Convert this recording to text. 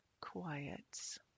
quiets